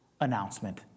announcement